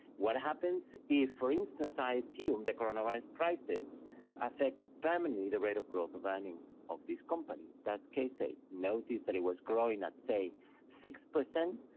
what happens if for instance i assume the coronavirus crisis affects permanently the rate of growth of earnings of this company, does case a notice that it was growing at say six? well,